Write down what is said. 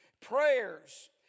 prayers